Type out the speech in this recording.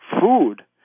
Food